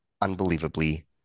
unbelievably